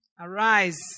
Arise